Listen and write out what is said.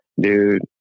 Dude